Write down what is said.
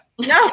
No